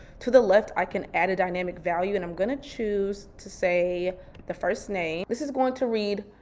to the left i can add a dynamic value, and i'm gonna choose to say the first name. this is going to read,